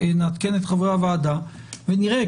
ונעדכן את חברי הוועדה ונראה.